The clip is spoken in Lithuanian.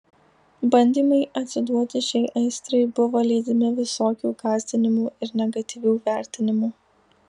bandymai atsiduoti šiai aistrai buvo lydimi visokių gąsdinimų ir negatyvių vertinimų